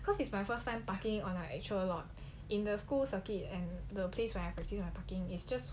cause it's my first time parking on our actual lot in the school circuit and the place where I purchase my parking is just